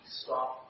stop